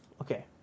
okay